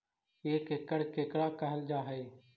एक एकड़ केकरा कहल जा हइ?